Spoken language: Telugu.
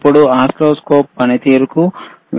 ఇప్పుడు ఓసిల్లోస్కోపుల పనితీరుకు వెళ్దాం